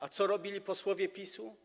A co robili posłowie PiS-u?